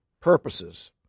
purposes